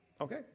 Okay